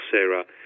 Sarah